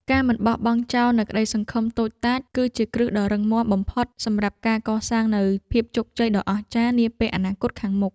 ការមិនបោះបង់ចោលនូវក្ដីសង្ឃឹមតូចតាចគឺជាគ្រឹះដ៏រឹងមាំបំផុតសម្រាប់ការកសាងនូវភាពជោគជ័យដ៏អស្ចារ្យនាពេលអនាគតខាងមុខ។